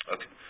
Okay